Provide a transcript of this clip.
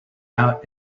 out